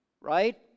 Right